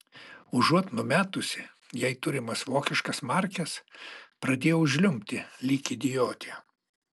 užuot numetusi jai turimas vokiškas markes pradėjau žliumbti lyg idiotė